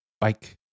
bike